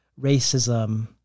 racism